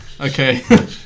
Okay